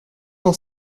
dans